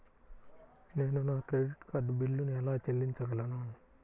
నేను నా credit card బిల్లును ఎలా చెల్లించగలను?